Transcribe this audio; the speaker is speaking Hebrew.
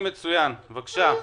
בבקשה.